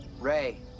Ray